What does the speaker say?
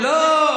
לא,